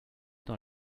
dans